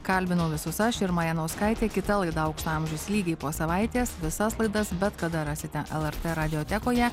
kalbinau visus aš irma janauskaitė kita laida aukso amžius lygiai po savaitės visas laidas bet kada rasite lrt radiotekoje